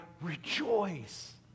rejoice